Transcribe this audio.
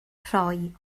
rhoi